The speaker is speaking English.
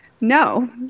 No